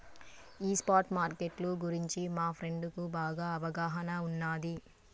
ఈ spot market గురించి మా ఫ్రెండుకి బాగా అవగాహన ఉన్నాది